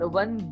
one